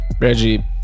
Reggie